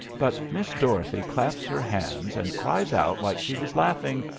but miss dorothy claps her hands and cries out like she was laughing,